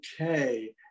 okay